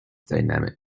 dynamic